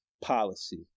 policy